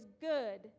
good